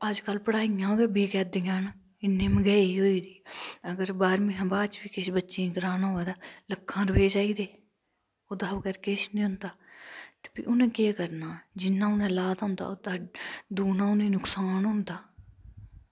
ते अजकल पढ़ाइयां गै बिकै दियां न इन्नी महंगई होई दी अगर बाह्रमीं शा बाद च बी किश बच्चें कराना होऐ तां लक्खां रपे चाहिदे ओह्दै शा बगैर किश नी होंदा ते प्ही उनें केह् करना जिन्ना उनें ला दा होंदा ओह्दै शा दूना उने नुक्सान होंदा